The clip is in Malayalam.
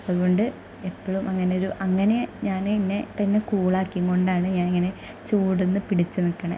അതുകൊണ്ട് എപ്പോഴും അങ്ങനെ ഒരു അങ്ങനെ ഞാൻ എന്നെ തന്നെ കൂളാക്കിക്കൊണ്ടാണ് ഞാൻ ഇങ്ങനെ ചൂടിൽ നിന്നു പിടിച്ചു നിൽക്കണെ